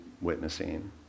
witnessing